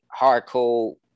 hardcore